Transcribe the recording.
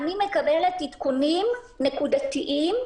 אני מקבלת עדכונים נקודתיים.